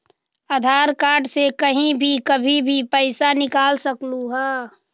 आधार card से कहीं भी कभी पईसा निकाल सकलहु ह?